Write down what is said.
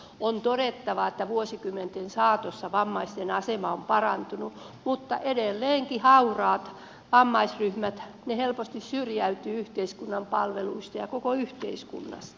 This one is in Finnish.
on todettava että vuosikymmenten saatossa vammaisten asema on parantunut mutta edelleenkin hauraat vammaisryhmät helposti syrjäytyvät yhteiskunnan palveluista ja koko yhteiskunnasta